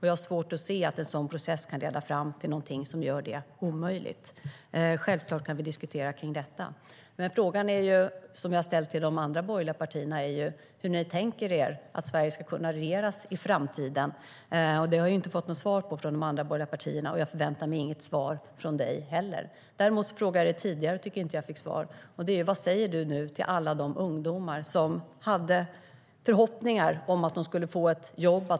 Jag har svårt att se att en sådan process kan leda fram till någonting som gör det omöjligt. Självklart kan vi diskutera kring detta. Men frågan, som jag har ställt till de andra borgerliga partierna, är: Hur tänker ni er att Sverige ska kunna regeras i framtiden? Det har jag inte fått något svar på från de andra borgerliga partierna, och jag förväntar mig inget svar från dig heller. Däremot frågade jag dig något tidigare som jag inte tycker att jag fick svar på. Vad säger du nu till alla de ungdomar som hade förhoppningar om att de skulle få ett jobb?